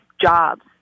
jobs